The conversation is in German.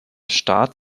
staat